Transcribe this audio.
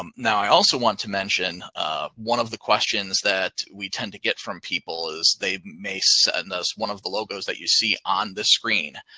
um now, i also want to mention one of the questions that we tend to get from people is they may send us one of the logos that you see on the screen.